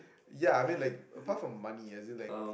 ya I mean like apart from money as in like